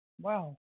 Wow